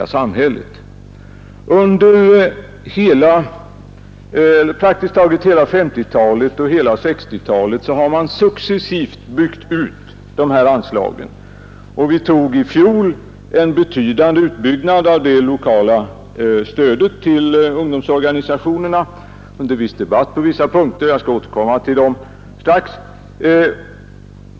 Under praktiskt taget hela 1950 och 1960-talen har man successivt byggt ut dessa anslag. Vi tog i fjol en betydande utbyggnad av det lokala stödet till ungdomsorganisationerna, under viss debatt på några punkter; jag skall återkomma till dem strax.